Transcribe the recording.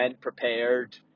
prepared